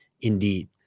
indeed